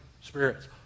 spirits